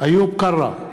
איוב קרא,